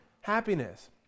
happiness